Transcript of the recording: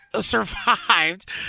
survived